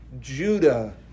Judah